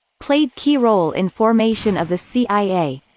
played key role in formation of the cia.